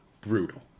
brutal